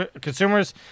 consumers